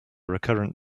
recurrent